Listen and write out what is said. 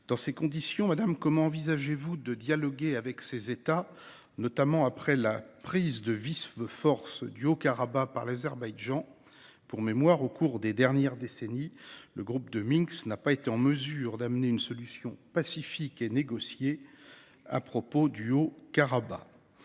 dans ces conditions, comment envisagez-vous de dialoguer avec ces États, notamment après la prise de vive force du Haut-Karabagh par l’Azerbaïdjan ? Pour mémoire, au cours des dernières décennies, le groupe de Minsk n’a pas été en mesure d’obtenir une solution pacifique et négociée à propos du Haut-Karabagh.